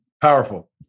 powerful